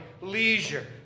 leisure